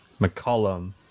McCollum